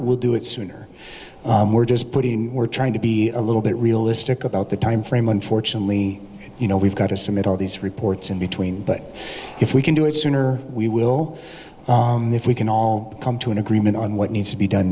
we'll do it sooner we're just putting we're trying to be a little bit realistic about the timeframe unfortunately you know we've got to submit all these reports in between but if we can do it sooner we will if we can all come to an agreement on what needs to be done